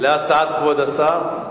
להצעת כבוד השר?